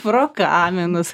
pro kaminus